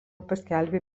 paskelbė